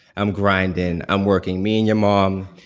i'm grinding. i'm working. me and your mom,